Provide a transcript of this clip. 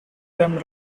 them